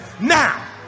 now